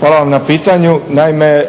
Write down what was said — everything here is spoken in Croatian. Hvala vam na pitanju. Naime,